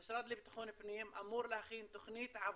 המשרד לבטחון פנים אמור להכין תוכנית עבודה,